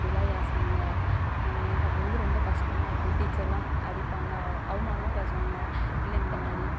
அப்படியெலாம் ஏசுவாங்க எனக்கு அப்போ வந்து ரொம்ப கஷ்டமா இருக்கும் டீச்சரெலாம் அடிப்பாங்க அவமானமா பேசுவாங்க பிள்ளைங்கள் முன்னாடி